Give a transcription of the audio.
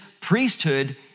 priesthood